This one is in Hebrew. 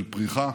של פריחה,